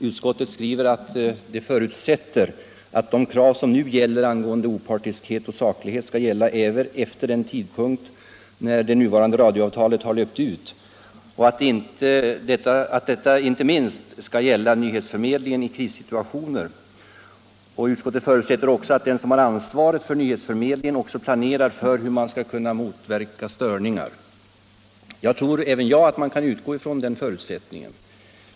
Utskottet skriver att man förutsätter att det krav på opartiskhet och saklighet som f.n. gäller skall gälla även efter den tidpunkt då det nuvarande radioavtalet löpt ut och att detta inte minst skall avse nyhetsförmedlingen i krissituationer. Utskottet förutsätter också att de som har ansvaret för nyhetsförmedlingen planerar för hur störningar skall kunna motverkas. Även jag tror att man kan utgå från den förutsättningen.